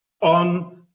on